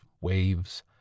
waves